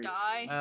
die